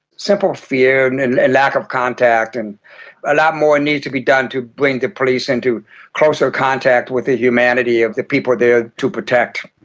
simple fear and lack of contact. and a lot more needs to be done to bring the police into closer contact with the humanity of the people they are to protect.